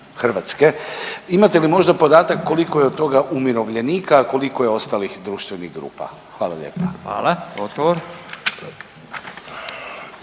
Hrvatske. Imate li možda podatak koliko je od toga umirovljenika, a koliko je ostalih društvenih grupa? Hvala lijepa. **Radin,